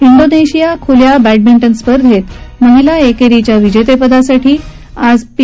Indonesia खुल्या बद्धमिंटन स्पर्धेत महिला एकेरीच्या विजेतेपदासाठी आज पी